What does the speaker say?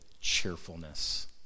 cheerfulness